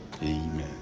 amen